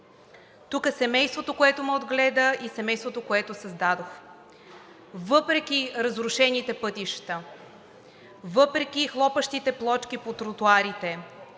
тук е семейството, което ме отгледа, и семейството, което създадох; въпреки разрушените пътища, въпреки хлопащите плочки по тротоарите,